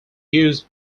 used